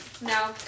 No